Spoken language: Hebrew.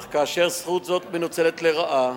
אך כאשר זכות זו מנוצלת לרעה,